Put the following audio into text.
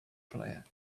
player